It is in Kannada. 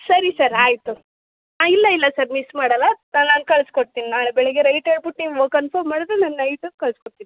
ಸರಿ ಸರ್ ಆಯಿತು ಹಾಂ ಇಲ್ಲ ಇಲ್ಲ ಸರ್ ಮಿಸ್ ಮಾಡಲ್ಲ ನಾನು ಕಳ್ಸ್ಕೊಡ್ತೀನಿ ನಾಳೆ ಬೆಳಗ್ಗೆ ರೈಟ್ ಹೇಳ್ಬುಟ್ ನೀವು ಕನ್ಫರ್ಮ್ ಮಾಡಿದ್ರೆ ನಾನು ನೈಟು ಕಳ್ಸ್ಕೊಡ್ತೀನಿ